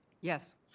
Yes